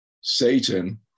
Satan